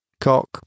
Cock